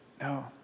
No